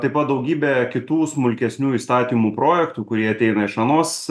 taip pat daugybę kitų smulkesnių įstatymų projektų kurie ateina iš anos